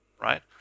right